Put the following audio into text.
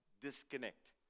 disconnect